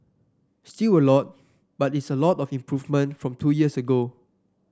still a lot but it's a lot of improvement from two years ago